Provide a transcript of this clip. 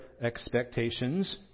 expectations